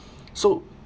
so